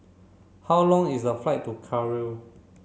how long is the flight to Cairo